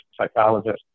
psychologist